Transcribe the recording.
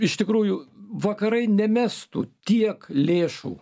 iš tikrųjų vakarai nemestų tiek lėšų